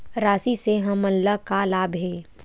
राशि से हमन ला का लाभ हे?